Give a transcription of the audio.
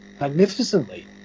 magnificently